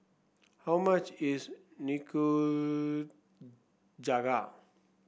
how much is Nikujaga